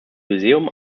lyzeum